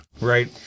right